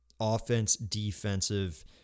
offense-defensive